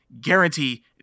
guarantee